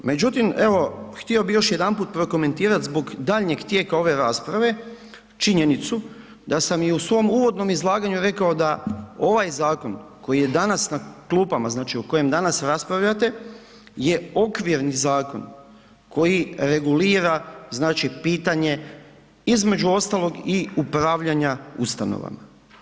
Međutim, evo htio bi još jedanput prokomentirat zbog daljnjeg tijeka ove rasprave činjenicu da sam i u svom uvodnom izlaganju rekao da ovaj zakon koji je danas na klupama, znači o kojem danas raspravljate je okvirni zakon koji regulira znači pitanje između ostalog, i upravljanja ustanovama.